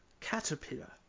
Caterpillar